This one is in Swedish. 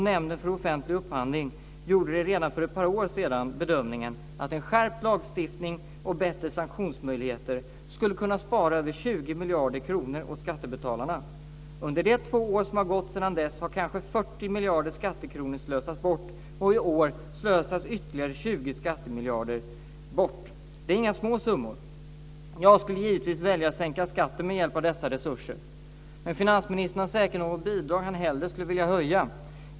Nämnden för offentlig upphandling gjorde redan för ett par år sedan bedömningen att en skärpt lagstiftning och bättre sanktionsmöjligheter skulle kunna spara över 20 miljarder kronor åt skattebetalarna. Under de två år som har gått sedan dess har kanske 40 miljarder skattekronor slösats bort, och i år slösas ytterligare 20 skattemiljarder bort. Det är inga små summor. Jag skulle givetvis välja att sänka skatten med hjälp av dessa resurser, men finansministern har säkert något bidrag som han hellre skulle vilja höja.